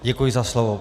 Děkuji za slovo.